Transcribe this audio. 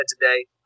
today